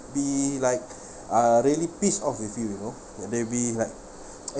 be like uh really piss off with you you know they'll be like